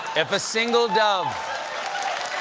if a single dove